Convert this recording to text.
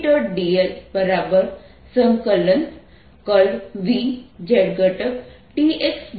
dlz dxdy લખી શકું છું નોંધો કે આ એક સ્કેલર છે